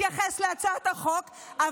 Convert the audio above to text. במשך עשר דקות שלמות לא מתייחס להצעת החוק,